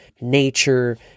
nature